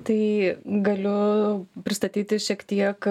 tai galiu pristatyti šiek tiek